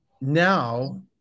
now